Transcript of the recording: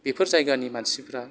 बेफोर जायगानि मानसिफोरा